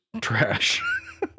trash